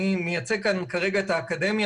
אני כרגע מייצג כאן את האקדמיה.